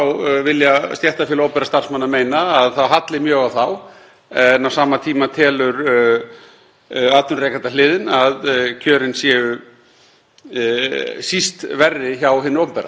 síst verri hjá hinu opinbera. Við höfum verið í þessu samtali í mörg ár. Við höfum komið á fót starfskjaranefnd,